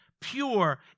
pure